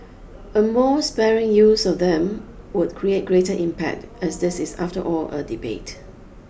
a more sparing use of them would create greater impact as this is after all a debate